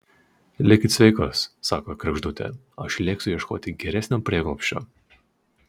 likit sveikos sako kregždutė aš lėksiu ieškoti geresnio prieglobsčio